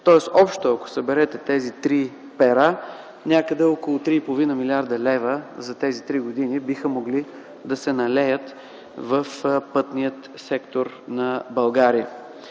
Тоест общо ако съберете тези три пера, някъде около 3,5 млрд. лв. за тези три години, биха могли да се налеят в пътния сектор на България.